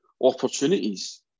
opportunities